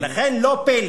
לכן לא פלא